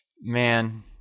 Man